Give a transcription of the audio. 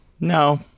No